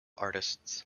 artists